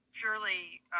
purely